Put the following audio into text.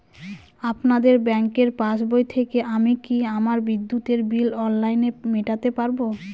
আপনাদের ব্যঙ্কের পাসবই থেকে আমি কি আমার বিদ্যুতের বিল অনলাইনে মেটাতে পারবো?